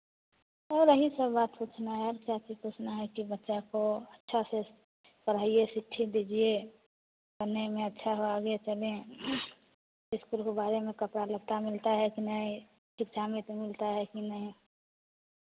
और वही सब बात पूछना है जैसे पूछना है कि बच्चा को अच्छा से पढ़ाईए शिक्षित दीजिए पढ़ने में अच्छा हो आगे चलें इस्कूल के बारे में कपड़ा लत्ता मिलता है कि नहीं शिक्षा में तो मिलता है कि नहीं